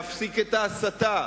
להפסיק את ההסתה,